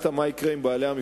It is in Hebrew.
אם יהיה צורך,